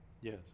Yes